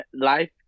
life